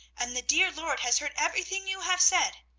and the dear lord has heard everything you have said.